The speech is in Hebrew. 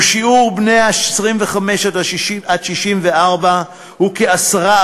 ושיעור בני 25 64 הוא כ-10%,